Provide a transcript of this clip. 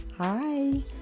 Hi